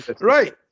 Right